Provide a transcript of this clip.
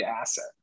asset